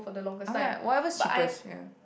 I'm like whatever's cheapest ya